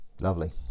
lovely